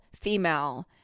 female